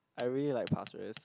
I really like Pasir-Ris